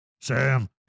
Sam